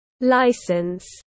license